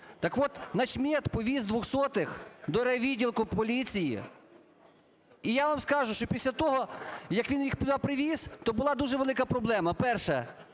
Так от, начмед повіз "200-х" до райвідділку поліції. І я вам скажу, що після того, як він їх туди привіз, то була дуже велика проблема: перше